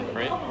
right